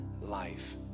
life